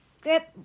Grip